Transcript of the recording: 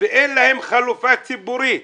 ואין להם חלופה ציבורית.